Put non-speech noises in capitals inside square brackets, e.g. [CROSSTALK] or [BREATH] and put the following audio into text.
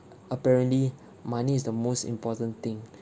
apparently [BREATH] money is the most important thing